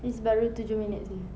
is baru tujuh minit seh